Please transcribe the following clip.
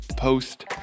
post